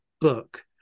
book